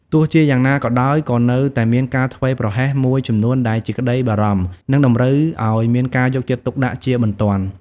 ទោះជាយ៉ាងណាក៏ដោយ ក៏នៅតែមានការធ្វេសប្រហែសមួយចំនួនដែលជាក្តីបារម្ភ និងតម្រូវឱ្យមានការយកចិត្តទុកដាក់ជាបន្ទាន់។